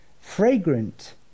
fragrant